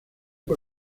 por